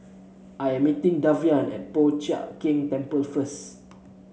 I am meeting Davian at Po Chiak Keng Temple first